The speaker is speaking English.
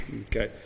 Okay